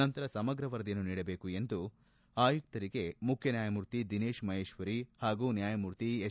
ನಂತರ ಸಮಗ್ರ ವರದಿಯನ್ನು ನೀಡಬೇಕು ಎಂದು ಆಯುಕ್ತರಿಗೆ ಮುಖ್ಯ ನ್ಯಾಯಮೂರ್ತಿ ದಿನೇಶ್ ಮಹೇಶ್ವರಿ ಮತ್ತು ನ್ಕಾಯಮೂರ್ತಿ ಎಸ್